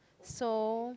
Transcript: so